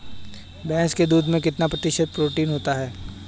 भैंस के दूध में कितना प्रतिशत प्रोटीन होता है?